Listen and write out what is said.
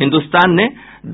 हिन्दुस्तान ने